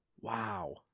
Wow